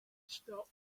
stopped